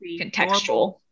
contextual